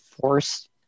forced